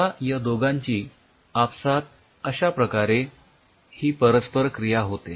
आता ह्या दोघांची आपसात अश्या प्रकारे ही परस्परक्रिया होते